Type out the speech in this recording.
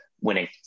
winning